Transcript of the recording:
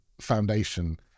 Foundation